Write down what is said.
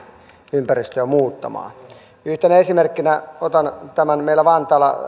ympäristöä muuttamaan yhtenä esimerkkinä otan tämän asuntomessualueen meillä vantaalla